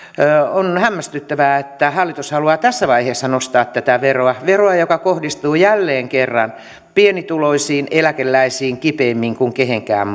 on hämmästyttävää että hallitus haluaa tässä vaiheessa nostaa tätä veroa veroa joka kohdistuu jälleen kerran pienituloisiin eläkeläisiin kipeämmin kuin kehenkään